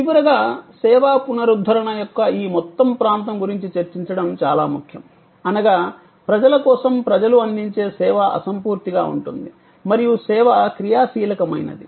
చివరగా సేవా పునరుద్ధరణ యొక్క ఈ మొత్తం ప్రాంతం గురించి చర్చించడం చాలా ముఖ్యం అనగా ప్రజల కోసం ప్రజలు అందించే సేవ అసంపూర్తిగా ఉంటుంది మరియు సేవ క్రియాశీలక మైనది